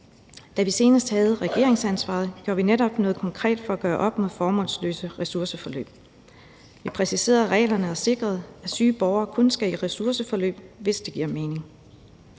Da vi senest havde regeringsansvaret, gjorde vi netop noget konkret for at gøre op med formålsløse ressourceforløb. Vi præciserede reglerne og sikrede, at syge borgere kun skal i ressourceforløb, hvis det giver mening.